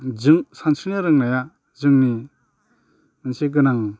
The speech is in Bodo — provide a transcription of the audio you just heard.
सानस्रिनो रोंनाया जोंनि मोनसे गोनां